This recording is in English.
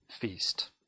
feast